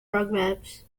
programs